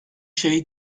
şey